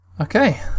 Okay